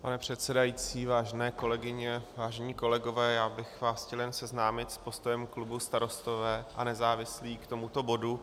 Pan předsedající, vážené kolegyně, vážení kolegové, chtěl bych vás jen seznámit s postojem klubu Starostové a nezávislí k tomuto bodu.